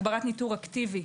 הגברת ניטור אקטיבי,